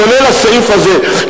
כולל הסעיף הזה,